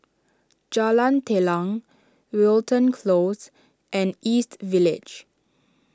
Jalan Telang Wilton Close and East Village